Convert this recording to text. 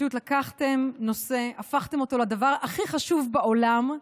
פשוט לקחתם נושא, הפכתם אותו לדבר הכי חשוב בעולם,